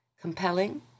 Compelling